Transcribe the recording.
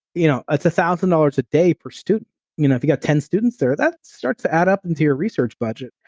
you know it's one thousand dollars a day per student. you know if you got ten students there, that starts to add up into your research budget,